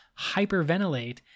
hyperventilate